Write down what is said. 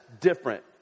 different